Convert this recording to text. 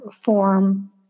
form